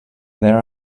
there